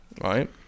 Right